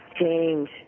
change